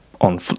on